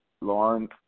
Lauren